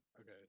Okay